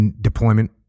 deployment